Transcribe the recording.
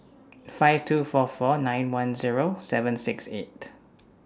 five two four four nine one Zero seven six eight